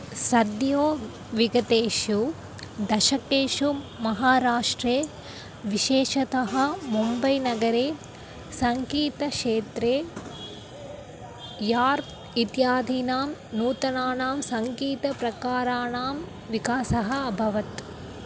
सद्यो विगतेषु दशकेषु महाराष्ट्रे विशेषतः मुम्बैनगरे सङ्गीतक्षेत्रे यार्क् इत्यादीनां नूतनानां सङ्गीतप्रकाराणां विकासः अभवत्